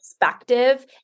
perspective